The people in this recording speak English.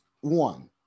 one